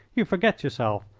you forget yourself.